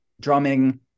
drumming